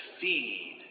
feed